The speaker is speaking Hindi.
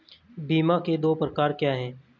बीमा के दो प्रकार क्या हैं?